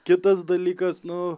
kitas dalykas nu